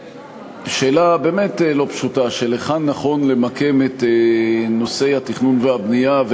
שאלה באמת לא פשוטה של היכן נכון למקם את נושאי התכנון והבנייה,